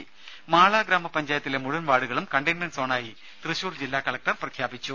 രുദ മാള ഗ്രാമപഞ്ചായത്തിലെ മുഴുവൻ വാർഡുകളും കണ്ടെയിൻമെന്റ് സോണായി തൃശൂർ ജില്ലാ കളക്ടർ പ്രഖ്യാപിച്ചു